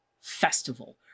festival